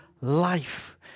life